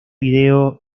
video